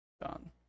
Done